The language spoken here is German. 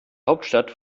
hauptstadt